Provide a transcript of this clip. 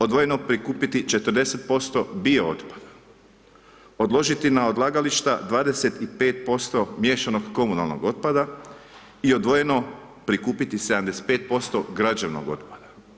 Odvojeno prikupiti 40% bio otpada, odložiti na odlagališta 25% miješanog komunalnog otpada i odvojeno prikupiti 75% građevnog otpada.